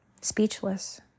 speechless